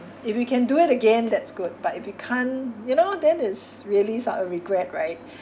if you can do it again that's good but if you can't you know then it's really so~ a regret right